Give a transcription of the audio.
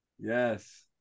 Yes